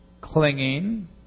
clinging